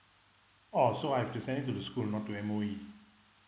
oh so I've to send it to the school not to M_O_E